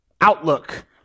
outlook